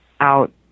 out